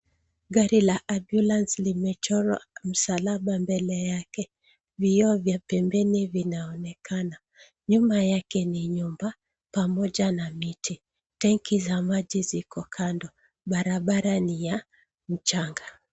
Gari la AMBULANCE limechorwa msalaba mbele yake, vioo vya pembeni vinaonekana .Nyuma yake ni nyumba pamoja na miti, tenki za maji ziko kando barabara ni ya mchanga.